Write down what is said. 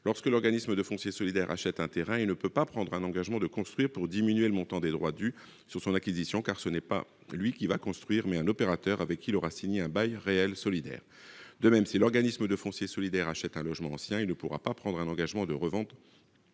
lorsque l'organisme de foncier solidaire achète un terrain, il ne peut pas prendre l'engagement de construire pour diminuer le montant des droits dus sur son acquisition, car ce n'est pas lui qui va construire : c'est un opérateur, avec qui il aura signé un bail réel solidaire. De même, si l'organisme de foncier solidaire achète un logement ancien, il ne pourra pas prendre l'engagement de revendre